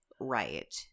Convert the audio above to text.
Right